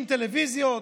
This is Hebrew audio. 30 טלוויזיות,